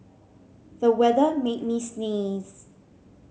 the weather made me sneeze